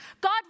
God